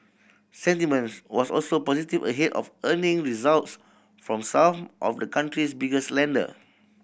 sentiments was also positive ahead of earning results from some of the country's biggest lender